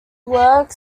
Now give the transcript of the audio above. work